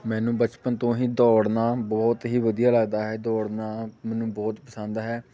ਮੈਨੂੰ ਬਚਪਨ ਤੋਂ ਹੀ ਦੌੜਨਾ ਬਹੁਤ ਹੀ ਵਧੀਆ ਲੱਗਦਾ ਹੈ ਦੌੜਨਾ ਮੈਨੂੰ ਬਹੁਤ ਪਸੰਦ ਹੈ